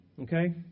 Okay